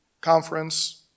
conference